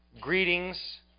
greetings